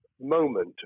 moment